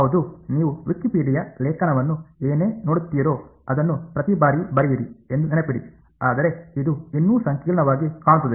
ಹೌದು ನೀವು ವಿಕಿಪೀಡಿಯ ಲೇಖನವನ್ನು ಏನೇ ನೋಡುತ್ತೀರೋ ಅದನ್ನು ಪ್ರತಿ ಬಾರಿಯೂ ಬರೆಯಿರಿ ಎಂದು ನೆನಪಿಡಿ ಆದರೆ ಇದು ಇನ್ನೂ ಸಂಕೀರ್ಣವಾಗಿ ಕಾಣುತ್ತದೆ